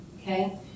Okay